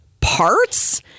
Parts